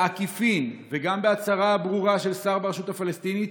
בעקיפין, וגם בהצהרה ברורה של שר ברשות הפלסטינית,